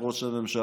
את ראש הממשלה,